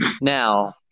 Now